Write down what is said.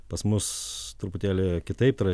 pas mus truputėlį kitaip tai yra